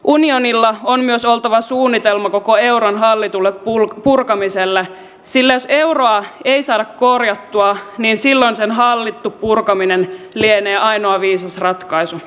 unionilla on myös oltava suunnitelma koko euron hallitulle purkamiselle sillä jos euroa ei saada korjattua niin silloin sen hallittu purkaminen lienee ainoa viisas ratkaisu